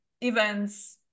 events